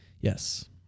Yes